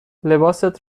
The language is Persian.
لباست